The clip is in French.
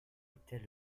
était